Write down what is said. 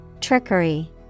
Trickery